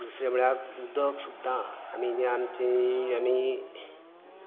दुसरें म्हळ्यार उदक सुद्दां आनी जे आमची आमी